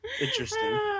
Interesting